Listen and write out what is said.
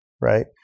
right